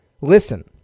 Listen